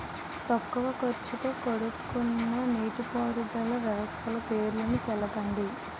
తక్కువ ఖర్చుతో కూడుకున్న నీటిపారుదల వ్యవస్థల పేర్లను తెలపండి?